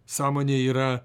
sąmonė yra